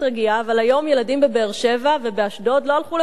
אבל היום ילדים בבאר-שבע ובאשדוד לא הלכו לבית-הספר,